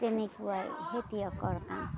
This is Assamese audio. তেনেকুৱাই খেতিয়কৰ কাম